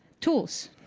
tools.